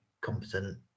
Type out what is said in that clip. competent